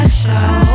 show